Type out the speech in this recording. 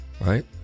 Right